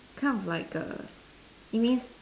kind of like a it means